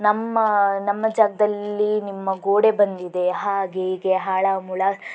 ನಮ್ಮ ನಮ್ಮ ಜಾಗದಲ್ಲಿ ನಿಮ್ಮ ಗೋಡೆ ಬಂದಿದೆ ಹಾಗೆ ಹೀಗೆ ಹಾಳು ಮೂಳು